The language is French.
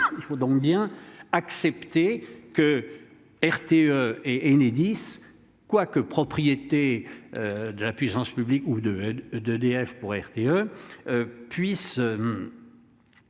Il faut donc bien accepter que RTE et Enedis quoi que propriété. De la puissance publique ou de. D'EDF pour RTE. Puisse.